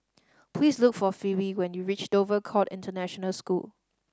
please look for Phebe when you reach Dover Court International School